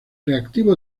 reactivo